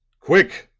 quick,